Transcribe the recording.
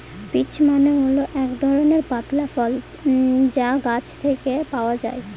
peach মানে হল এক ধরনের পাতলা ফল যা গাছ থেকে পাওয়া যায়